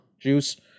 juice